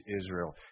Israel